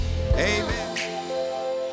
Amen